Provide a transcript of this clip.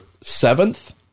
seventh